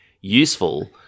useful